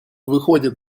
выходят